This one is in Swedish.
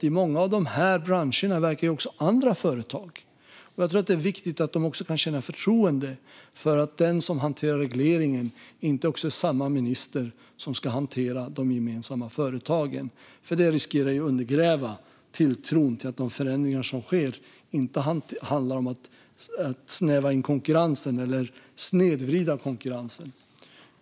I många av dessa branscher verkar också andra företag, och jag tror att det är viktigt att de kan känna förtroende för att den minister som hanterar regleringen inte är samma minister som ska hantera de gemensamma företagen. Detta skulle riskera att undergräva tilltron till att de förändringar som sker inte handlar om att snäva in eller snedvrida konkurrensen.